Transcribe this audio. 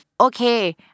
Okay